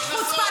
שלוש כנסות.